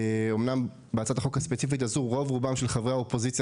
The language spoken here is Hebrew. אומנם בהצעת החוק הספציפית הזאת רוב רובם של חברי האופוזיציה,